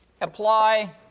apply